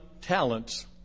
talents